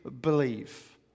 believe